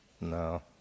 No